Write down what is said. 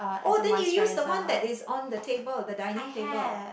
oh then you use the one that is on the table the dining table